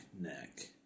neck